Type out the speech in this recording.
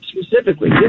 Specifically